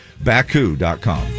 Baku.com